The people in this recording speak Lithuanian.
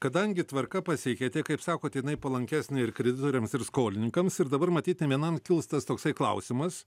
kadangi tvarka pasikeitė kaip sakot jinai palankesnė ir kreditoriams ir skolininkams ir dabar matyt ne vienam kils tas toksai klausimas